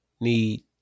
need